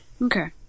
Okay